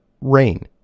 rain